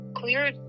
clear